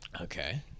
Okay